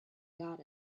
got